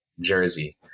jersey